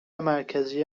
مرکزی